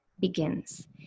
begins